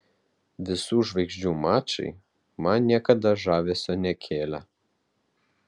visų žvaigždžių mačai man niekada žavesio nekėlė